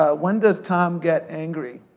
ah when does tom get angry?